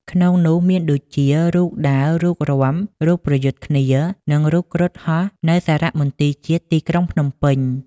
ក្នុងនោះមានដូចជា រូបដើរ រូបរាំ រូបប្រយុទ្ធគ្នា និងរូបគ្រុឌហោះ នៅសារមន្ទីរជាតិទីក្រុងភ្នំពេញ។